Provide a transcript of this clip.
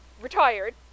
retired